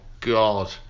god